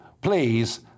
Please